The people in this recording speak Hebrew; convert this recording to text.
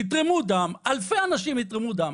תתרמו דם, אלפי אנשים יתרמו דם.